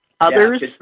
others